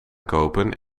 kopen